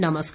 नमस्कार